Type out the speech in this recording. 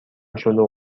شلوغ